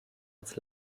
als